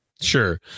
Sure